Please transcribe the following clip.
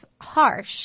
harsh